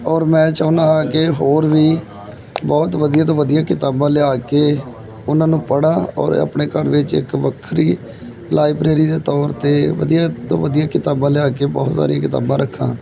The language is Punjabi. ਔਰ ਮੈਂ ਚਾਹੁੰਦਾ ਹਾਂ ਕਿ ਹੋਰ ਵੀ ਬਹੁਤ ਵਧੀਆ ਤੋਂ ਵਧੀਆ ਕਿਤਾਬਾਂ ਲਿਆ ਕੇ ਉਹਨਾਂ ਨੂੰ ਪੜ੍ਹਾਂ ਔਰ ਆਪਣੇ ਘਰ ਵਿੱਚ ਇੱਕ ਵੱਖਰੀ ਲਾਈਬ੍ਰੇਰੀ ਦੇ ਤੌਰ 'ਤੇ ਵਧੀਆ ਤੋਂ ਵਧੀਆ ਕਿਤਾਬਾਂ ਲਿਆ ਕੇ ਬਹੁਤ ਸਾਰੀ ਕਿਤਾਬਾਂ ਰੱਖਾਂ